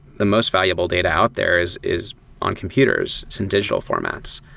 the most valuable data out there is is on computers. it's in digital formats.